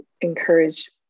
encourage